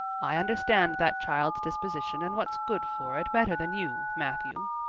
i understand that child's disposition and what's good for it better than you, matthew.